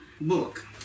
book